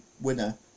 winner